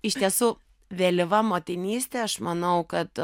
iš tiesų vėlyva motinystė aš manau kad